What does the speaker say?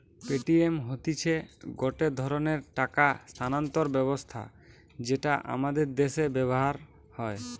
Paytm হতিছে গটে ধরণের টাকা স্থানান্তর ব্যবস্থা যেটা আমাদের দ্যাশে ব্যবহার হয়